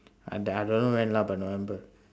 uh that I don't know when lah but november